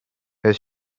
her